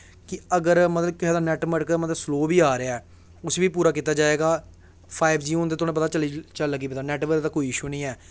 अगर कुसे दा मतलव नैटबर्क स्लो बी आ रेहा ऐ उसी बी पूरा कीता जाएगा फाइव जी हून तुसेंगी पता ऐ चलन लगी पेदा ऐ नैटबर्क दा कोई इशू नी ऐ